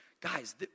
guys